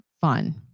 fun